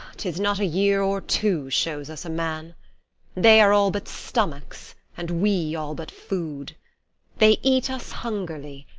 tis not a year or two shows us a man they are all but stomachs and we all but food they eat us hungerly,